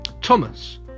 Thomas